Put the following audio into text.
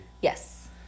Yes